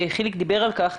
וחיליק דיבר על כך,